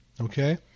Okay